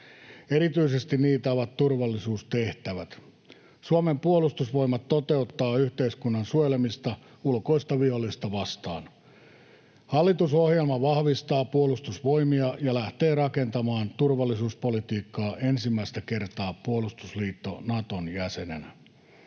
Erityisesti niitä ovat turvallisuustehtävät. Suomen puolustusvoimat toteuttaa yhteiskunnan suojelemista ulkoista vihollista vastaan. Hallitusohjelma vahvistaa Puolustusvoimia ja lähtee rakentamaan turvallisuuspolitiikkaa ensimmäistä kertaa puolustusliitto Naton jäsenenä.